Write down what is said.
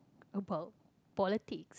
about politics